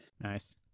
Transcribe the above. Nice